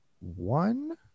one